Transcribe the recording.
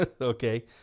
Okay